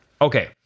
Okay